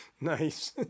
Nice